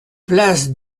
place